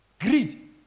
Greed